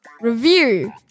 review